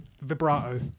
vibrato